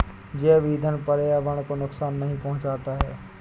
जैव ईंधन पर्यावरण को नुकसान नहीं पहुंचाता है